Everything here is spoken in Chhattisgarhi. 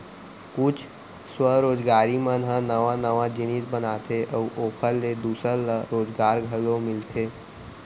कुछ स्वरोजगारी मन ह नवा नवा जिनिस बनाथे अउ ओखर ले दूसर ल रोजगार घलो मिलथे